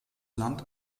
land